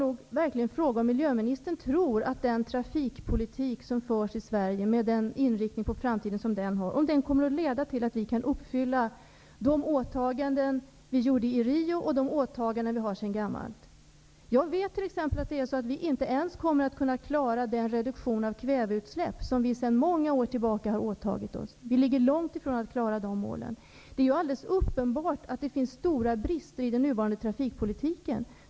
Tror miljöministern att den trafikpolitik som förs i Sverige, med den inriktning som den har inför framtiden, kommer att leda till att vi kan uppfylla de åtaganden vi gjorde i Rio och de åtaganden vi har sedan gammalt? Jag vet att vi inte ens kommer att kunna klara den reduktion av kväveutsläppen som vi sedan många år tillbaka har åtagit oss. Vi ligger långt ifrån att klara de målen. Det är uppenbart att det finns stora brister i den nuvarande trafikpolitiken.